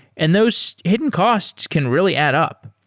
and those hidden costs can really add up.